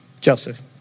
Joseph